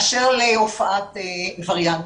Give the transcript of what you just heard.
באשר להופעת וריאנטים,